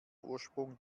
ursprung